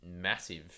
massive